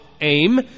aim